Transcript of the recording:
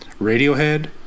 Radiohead